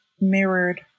mirrored